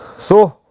so,